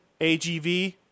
agv